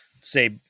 say